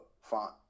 Font